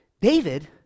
david